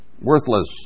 worthless